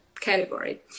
category